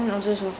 mm